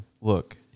look